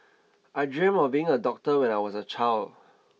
I dreamt of being a doctor when I was a child